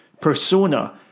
persona